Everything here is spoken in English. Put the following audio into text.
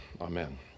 Amen